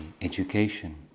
education